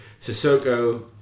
Sissoko